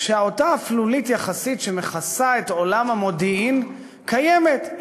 שאותה אפלולית יחסית שמכסה את עולם המודיעין קיימת,